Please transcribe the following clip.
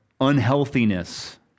unhealthiness